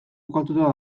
kokatuta